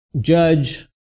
judge